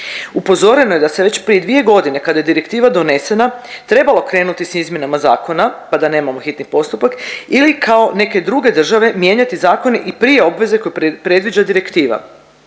Upozoreno je da se već prije dvije godine kada je direktiva donesena trebalo krenuti s izmjenama zakona pa da nemamo hitni postupak ili kao neke druge države, mijenjati zakone i prije obveze koju predviđa direktiva.